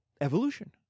evolution